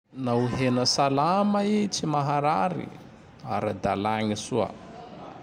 Nao hena salama i tsy maharary! Ara-dalaigne soa.